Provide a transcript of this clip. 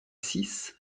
six